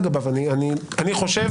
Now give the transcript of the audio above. אני חושב